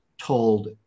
Told